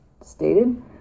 stated